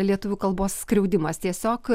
lietuvių kalbos skriaudimas tiesiog